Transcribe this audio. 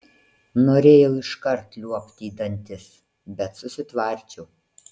norėjau iškart liuobti į dantis bet susitvardžiau